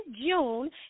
June